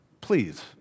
please